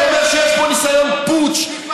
שאומר שיש פה ניסיון פוטש,